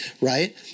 right